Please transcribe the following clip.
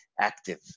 active